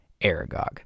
Aragog